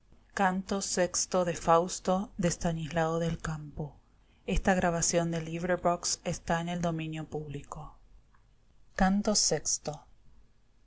de estanislao del campo anastasio el